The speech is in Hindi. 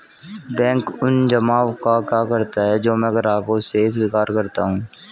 बैंक उन जमाव का क्या करता है जो मैं ग्राहकों से स्वीकार करता हूँ?